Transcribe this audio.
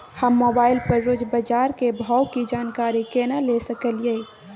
हम मोबाइल पर रोज बाजार के भाव की जानकारी केना ले सकलियै?